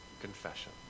confession